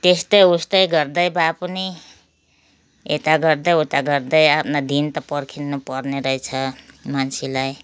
त्यस्तै उस्तै गर्दै भए पनि यता गर्दै उता गर्दै आफ्नो दिन त पर्खिनुपर्ने रहेछ मान्छेलाई